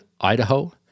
Idaho